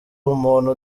umuntu